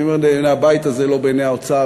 אני אומר "בעיני הבית הזה" לא בעיני האוצר,